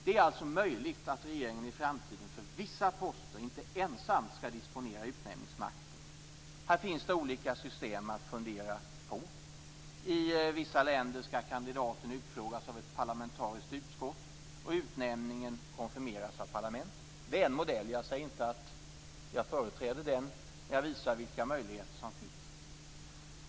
Det är alltså möjligt att regeringen i framtiden för vissa poster inte ensam skall disponera utnämningsmakten. Här finns det olika system att fundera på. I vissa länder skall kandidaten utfrågas av ett parlamentariskt utskott och utnämningen konfirmeras av parlamentet. Det är en modell. Jag säger inte att jag företräder den, men jag visar vilka möjligheter som finns.